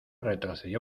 retrocedió